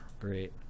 Great